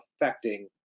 affecting